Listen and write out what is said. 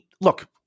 Look